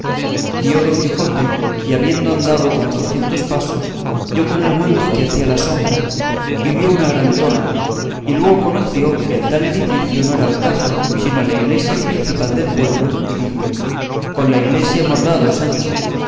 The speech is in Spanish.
guió don quijote y habiendo andado como docientos pasos dio con el bulto que hacía la sombra y vio una gran torre y luego conoció que el tal edificio no era alcázar sino la iglesia principal del pueblo y dijo con la iglesia hemos dado sancho